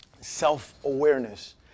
self-awareness